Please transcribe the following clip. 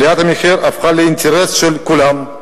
עליית המחירים הפכה לאינטרס של כולם,